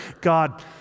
God